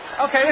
Okay